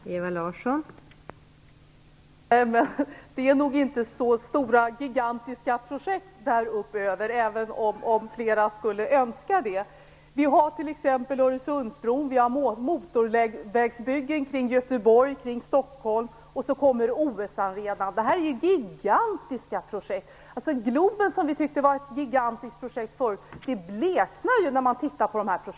Fru talman! Det är nog inte fråga om så stora, gigantiska projekt där uppöver, även om flera skulle önska det. Vi har t.ex. Öresundsbron, motorvägsbyggen kring Göteborg och Stockholm och nu kommer OS-arenan. Detta är gigantiska projekt. Vi tyckte att Globen var ett gigantiskt projekt, men det bleknar när man tittar på dessa!